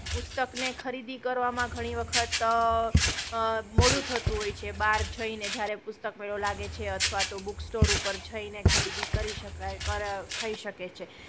પુસ્તકને ખરીદી કરવામાં ઘણી વખત મોડું થતું હોય છે બહાર જઈને જ્યારે પુસ્તક મેળો લાગે છે અથવા બુક સ્ટોર ઉપર જઈને ખરીદી કરે શકાય કર થઈ શકે છે